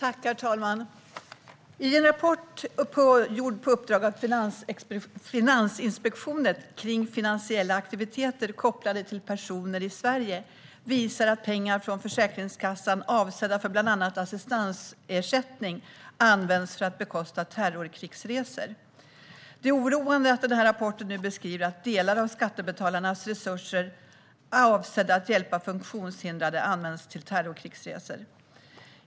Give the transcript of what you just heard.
Herr talman! En rapport som har gjorts på uppdrag av Finansinspektionen om finansiella aktiviteter kopplade till personer i Sverige visar att pengar från Försäkringskassan avsedda för bland annat assistansersättning används för att bekosta terrorkrigsresor. Det som beskrivs i rapporten är oroande, att delar av skattebetalarnas resurser som är avsedda att hjälpa funktionshindrade används till terrorkrigsresor.